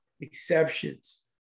exceptions